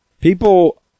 People